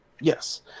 Yes